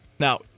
Now